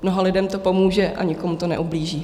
Mnoha lidem to pomůže a nikomu to neublíží.